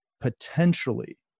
potentially